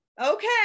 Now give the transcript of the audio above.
Okay